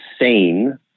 sane